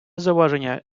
зауваження